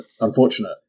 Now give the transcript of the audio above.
unfortunate